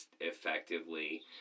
effectively